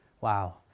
wow